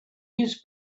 his